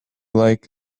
like